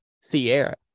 Sierra